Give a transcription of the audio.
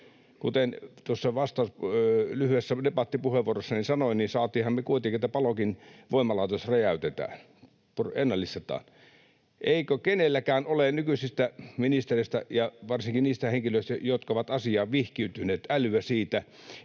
tuossa lyhyessä debattipuheenvuorossani sanoin, niin saatiinhan me kuitenkin se, että Palokin voimalaitos räjäytetään, ennallistetaan. Eikö ole kenelläkään nykyisistä ministereistä ja varsinkaan niistä henkilöistä, jotka ovat asiaan vihkiytyneet, älyä siitä,